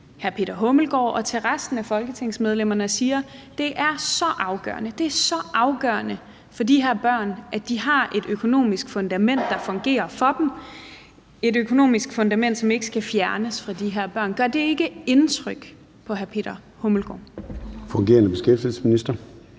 beskæftigelsesminister og til resten af folketingsmedlemmerne og siger: Det er så afgørende for de her børn, at de har et økonomisk fundament, der fungerer for dem; at der er et økonomisk fundament, som ikke skal fjernes, for de her børn. Gør det ikke indtryk på den fungerende beskæftigelsesminister?